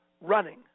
running